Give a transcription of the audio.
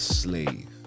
slave